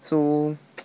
so